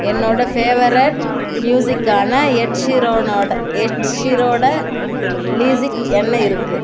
என்னோடய ஃபேவரெட் மியூசிக்கான எட் ஷீரனோடய எட் ஷீரோடய லிஸிட் என்ன இருக்குது